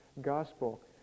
gospel